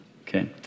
okay